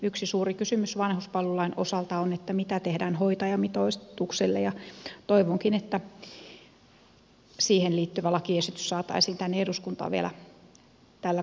yksi suuri kysymys vanhuspalvelulain osalta on mitä tehdään hoitajamitoitukselle ja toivonkin että siihen liittyvä lakiesitys saataisiin tänne eduskuntaan vielä tällä kaudella